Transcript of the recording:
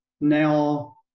Now